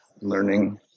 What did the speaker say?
learning